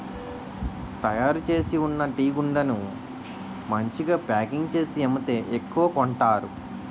తయారుచేసి ఉన్న టీగుండను మంచిగా ప్యాకింగ్ చేసి అమ్మితే ఎక్కువ కొంతారు